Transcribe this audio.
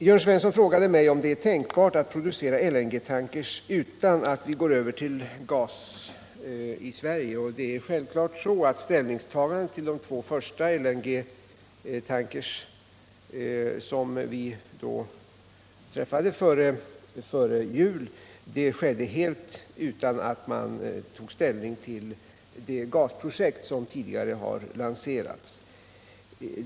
Jörn Svensson frågade mig om det är tänkbart att producera LNG-tankrar utan att vi går över till gas i Sverige. Det är självfallet så, att våra ställningstaganden före jul till de två första LNG-tankrarna skedde helt utan att vi tog ståndpunkt i vad gällde det gasprojekt som tidigare har lanserats.